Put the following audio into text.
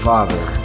Father